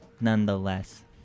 nonetheless